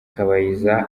kabayiza